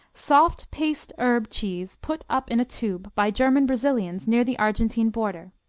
soft-paste herb cheese put up in a tube by german brazilians near the argentine border.